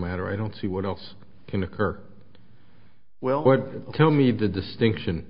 matter i don't see what else can occur well what tell me the distinction